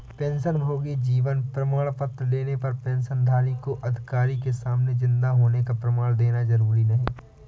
पेंशनभोगी जीवन प्रमाण पत्र लेने पर पेंशनधारी को अधिकारी के सामने जिन्दा होने का प्रमाण देना जरुरी नहीं